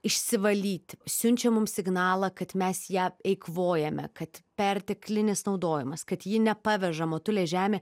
išsivalyti siunčia mums signalą kad mes ją eikvojame kad perteklinis naudojimas kad ji nepaveža motulė žemė